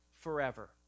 forever